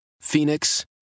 Phoenix